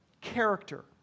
character